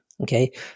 Okay